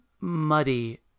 muddy